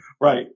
Right